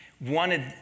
wanted